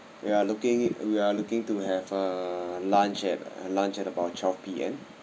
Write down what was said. we are looking we are looking to have uh lunch at lunch at about twelve P_M